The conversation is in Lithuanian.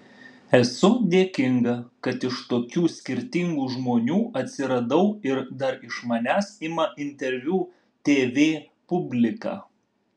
esu dėkinga kad iš tokių skirtingų žmonių atsiradau ir dar iš manęs ima interviu tv publika